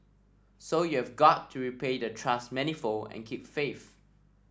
so you've got to repay the trust manifold and keep faith